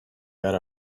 got